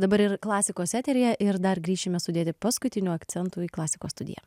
dabar ir klasikos eteryje ir dar grįšime sudėti paskutinių akcentų į klasikos studiją